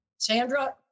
Sandra